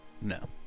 No